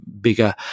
bigger